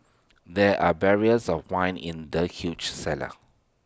there are barrels of wine in the huge cellar